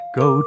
go